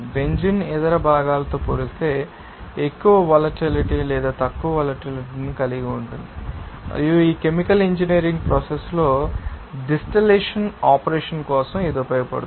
benzene ఇతర భాగాలతో పోలిస్తే ఎక్కువ వొలటిలిటీ లేదా తక్కువ వొలటిలిటీ ను కలిగి ఉంటుంది మరియు కెమికల్ ఇంజనీరింగ్ ప్రాసెస్ లో డిస్టిల్లేషన్ ఆపరేషన్ కోసం ఇది ఉపయోగపడుతుంది